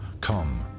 come